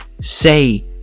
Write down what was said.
say